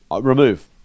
remove